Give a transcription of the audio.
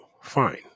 fine